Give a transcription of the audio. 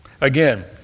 Again